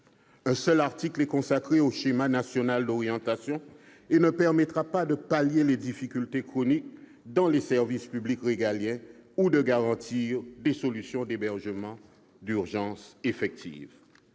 Un seul article est consacré au schéma national d'orientation et ne permettra pas de pallier les difficultés chroniques dans les services publics régaliens ou de garantir des solutions d'hébergement d'urgence effectives.